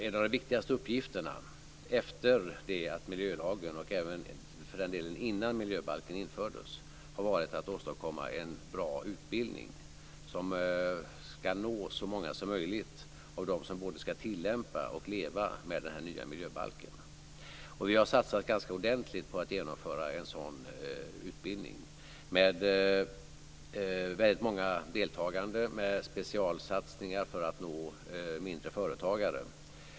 En av de viktigaste uppgifterna efter det att vi fått miljölagen, och för den delen också innan miljöbalken infördes, har varit att åstadkomma en bra utbildning som når så många som möjligt av dem som ska både tillämpa och leva med den nya miljöbalken. Vi har satsat ganska ordentligt på att genomföra en sådan utbildning med väldigt många deltagande och med specialsatsningar för att nå mindre företagare.